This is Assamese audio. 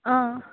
অঁ